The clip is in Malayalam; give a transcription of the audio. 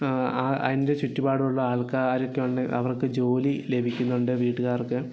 അതിൻ്റെ ചുറ്റുപാടുള്ള ആൾക്കാരൊക്കെ ഉണ്ട് അവർക്ക് ജോലി ലഭിക്കുന്നുണ്ട് വീട്ടുകാർക്ക്